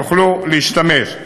יוכלו להשתמש.